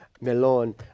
Melon